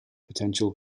potential